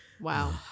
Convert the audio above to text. Wow